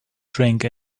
drink